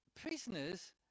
prisoners